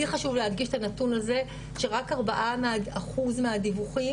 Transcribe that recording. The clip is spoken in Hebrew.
לי חשוב להדגיש את הנתון הזה שרק 4 אחוז מהדיווחים